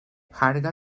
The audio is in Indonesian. harga